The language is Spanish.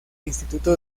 instituto